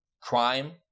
crime